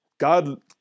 God